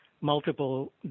multiple